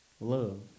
love